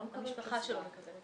המשפחה שלו מקבלת